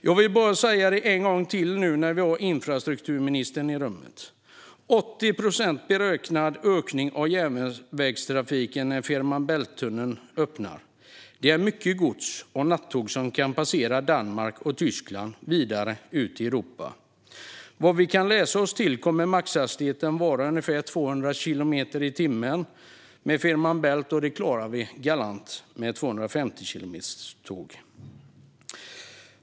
Jag vill bara säga det en gång till nu när vi har infrastrukturministern i rummet: Vi talar om en beräknad ökning av järnvägstrafiken med 80 procent när Fehmarn Bält-tunneln öppnar. Det är mycket gods och nattåg som kan passera Danmark och Tyskland vidare ut i Europa. Vad vi kan läsa oss till kommer maxhastigheten att vara ungefär 200 kilometer i timmen i Fehmarn Bält-tunneln, och det klarar vi galant med 250-kilometerståg.